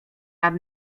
nad